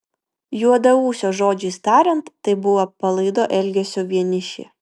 juodaūsio žodžiais tariant tai buvo palaido elgesio vienišė